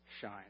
shine